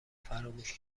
فراموش